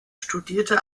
studierte